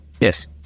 Yes